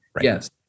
yes